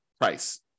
price